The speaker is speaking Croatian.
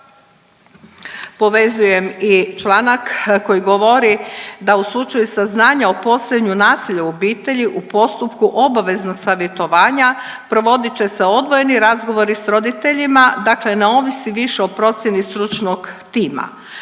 povezujem i članak koji govori da u slučaju saznanja o postojanju nasilja u obitelji u postupku obaveznog savjetovanja provodit će se odvojeni razgovori sa roditeljima, dakle ne ovisi više o procjeni stručnog tima.